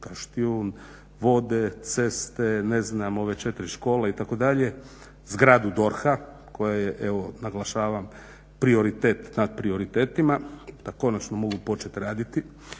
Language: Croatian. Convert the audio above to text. Kaštnjun, vode, ceste ne znam ove četiri škole itd. zgradu DORH-a koja je evo naglašavam prioritet nad prioritetima, da konačno mogu počet raditi